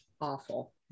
awful